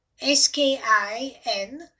S-K-I-N